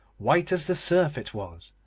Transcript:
white as the surf it was,